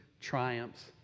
triumphs